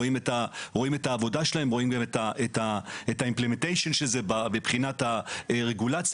ורואים את העבודה שלה ואת ה-implementation שזה בבחינת הרגולציה.